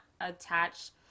attach